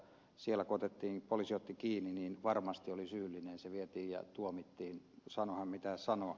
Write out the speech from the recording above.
siellä kun poliisi otti kiinni niin varmasti oli syyllinen vietiin ja tuomittiin sanoi mitä sanoi